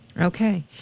Okay